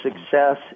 success